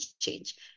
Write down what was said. change